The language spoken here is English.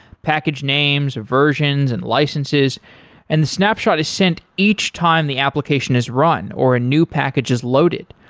package names, versions and licenses and the snapshot is sent each time the application is run, or a new package is loaded,